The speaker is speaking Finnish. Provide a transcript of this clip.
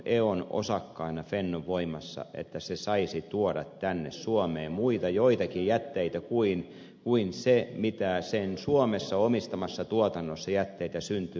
on on osakkaana fennovoimassa se saisi tuoda tänne suomeen joitakin muita jätteitä kuin mitä sen suomessa omistamassa tuotannossa jätteitä syntyy